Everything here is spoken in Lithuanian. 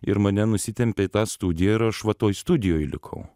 ir mane nusitempė į tą studiją ir aš va toj studijoj likau